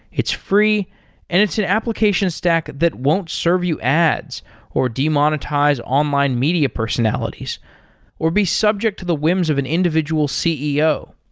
it's free and it's an application stack that won't serve you ads or demonetize online media personalities or be subject to the whims of an individual ceo.